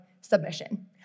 submission